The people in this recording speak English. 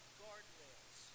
guardrails